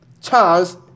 chance